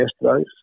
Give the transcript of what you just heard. yesterday